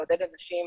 לעודד אנשים